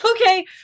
Okay